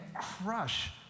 crush